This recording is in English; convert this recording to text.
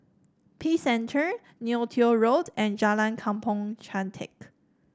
Peace Center Neo Tiew Road and Jalan Kampong Chantek